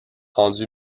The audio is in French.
rendus